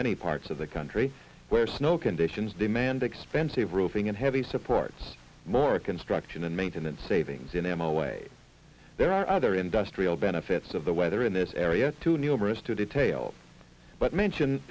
many parts of the country where snow conditions demand expensive roofing and heavy supports more construction and maintenance savings in ammo way there are other industrial benefits of the weather in this area too numerous to detail but mention